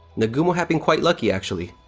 nagumo had been quite lucky, actually.